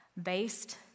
based